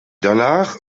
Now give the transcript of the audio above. danach